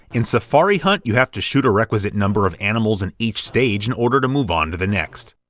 in safari hunt you have to shoot a requisite number of animals in each stage in order to move on to the next.